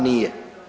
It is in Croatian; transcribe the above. Nije.